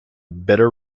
bitter